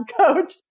coach